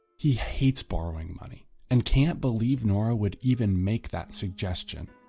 he hates borrowing money and can't believe nora would even make that suggestion.